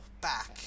back